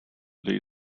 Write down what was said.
lay